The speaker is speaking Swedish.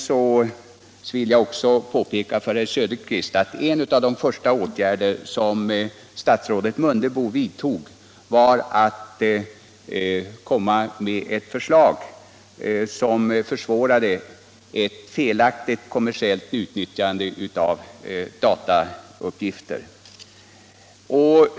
Sedan vill jag också påpeka för herr Söderqvist att en av de första åtgärder som statsrådet Mundebo vidtog var att lägga fram förslag som försvårade ett hänsynslöst kommersiellt utnyttjande av datauppgifter.